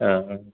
ആ ആ